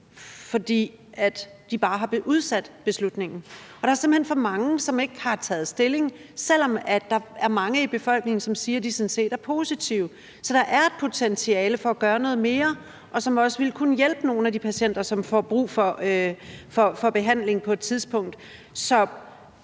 fordi de bare har udsat beslutningen, og der er simpelt hen for mange, der ikke har taget stilling, selv om der er mange i befolkningen, som siger, at de sådan set er positive. Så der er et potentiale for at gøre noget mere, hvilket også vil kunne hjælpe nogle af de patienter, som får brug for behandling på et tidspunkt.